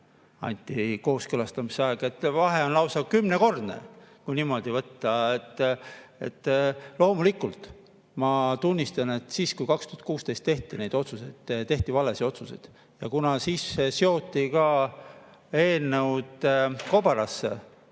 päeva kooskõlastamise aega. Vahe on lausa kümnekordne, kui niimoodi võtta. Loomulikult ma tunnistan, et kui 2016 tehti need otsused, tehti valesid otsuseid. Kuna ka siis seoti eelnõud kobarasse,